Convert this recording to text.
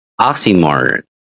oxymoron